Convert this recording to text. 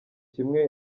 kimwe